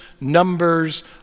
Numbers